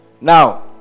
Now